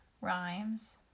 rhymes